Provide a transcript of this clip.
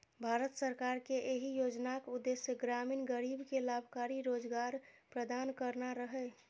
भारत सरकार के एहि योजनाक उद्देश्य ग्रामीण गरीब कें लाभकारी रोजगार प्रदान करना रहै